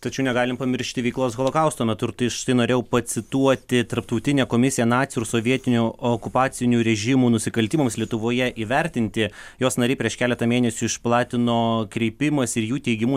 tačiau negalim pamiršti veiklos holokausto metu ir tai štai norėjau pacituoti tarptautinę komisiją nacių ir sovietinių okupacinių režimų nusikaltimams lietuvoje įvertinti jos nariai prieš keletą mėnesių išplatino kreipimąsi ir jų teigimu